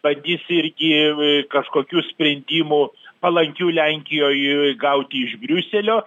bandys irgi kažkokių sprendimų palankių lenkijoj gauti iš briuselio